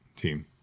team